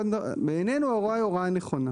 בעינינו ההוראה היא הוראה נכונה.